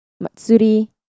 Matsuri